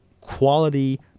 quality